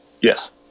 Yes